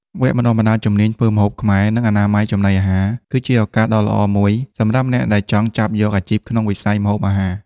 វគ្គបណ្ដុះបណ្ដាលជំនាញធ្វើម្ហូបខ្មែរ និងអនាម័យចំណីអាហារ គឺជាឱកាសដ៏ល្អមួយសម្រាប់អ្នកដែលចង់ចាប់យកអាជីពក្នុងវិស័យម្ហូបអាហារ។